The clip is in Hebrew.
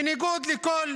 בניגוד לכל